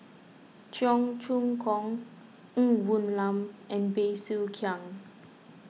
Cheong Choong Kong Ng Woon Lam and Bey Soo Khiang